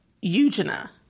Eugenia